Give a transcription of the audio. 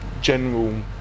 general